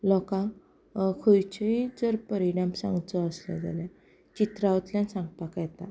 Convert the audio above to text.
लोकां खंयचीय जर परिणाम सांगचो आसलो जाल्यार चित्रावतल्यान सांगपाक येता